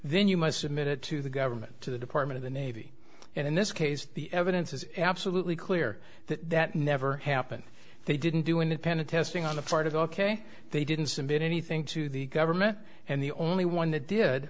then you must submit it to the government to the department of the navy in this case the evidence is absolutely clear that that never happened they didn't do independent testing on the part of ok they didn't submit anything to the government and the only one that did